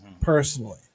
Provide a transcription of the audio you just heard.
personally